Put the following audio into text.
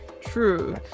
True